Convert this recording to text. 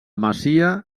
masia